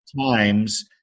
times